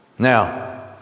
Now